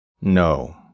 no